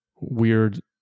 weird